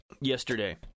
yesterday